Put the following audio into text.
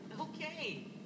Okay